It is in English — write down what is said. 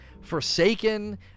Forsaken